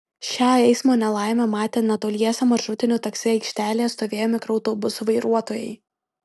šią eismo nelaimę matė netoliese maršrutinių taksi aikštelėje stovėję mikroautobusų vairuotojai